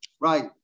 right